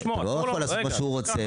הם לא יוכלו לעשות מה שהם רוצים.